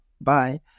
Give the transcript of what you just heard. bye